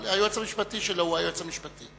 אבל היועץ המשפטי הוא משרד המשפטים.